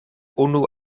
unu